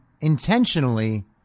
intentionally